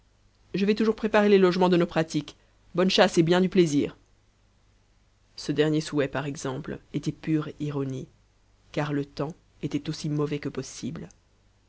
je vais toujours préparer les logements de nos pratiques bonne chasse et bien du plaisir ce dernier souhait par exemple était pure ironie car le temps était aussi mauvais que possible